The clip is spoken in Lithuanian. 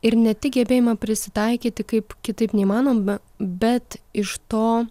ir ne tik gebėjimą prisitaikyti kaip kitaip neįmanoma bet iš to